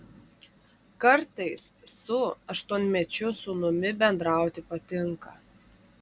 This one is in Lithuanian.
kartais su aštuonmečiu sūnumi bendrauti patinka